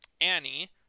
Annie